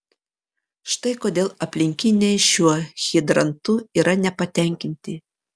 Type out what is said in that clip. štai kodėl aplinkiniai šiuo hidrantu yra nepatenkinti